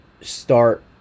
start